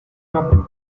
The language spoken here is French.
japon